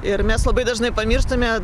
ir mes labai dažnai pamirštame